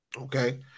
okay